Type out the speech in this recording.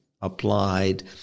applied